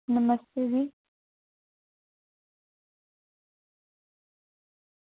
नमस्ते जी